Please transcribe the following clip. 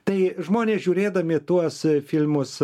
tai žmonės žiūrėdami tuos filmus